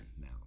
now